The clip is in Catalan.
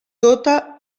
tota